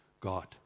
God